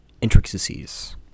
intricacies